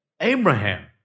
Abraham